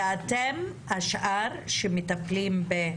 ואתם, השאר שמטפלים?